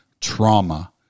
trauma